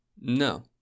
No